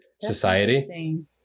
society